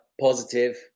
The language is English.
positive